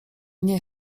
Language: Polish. nie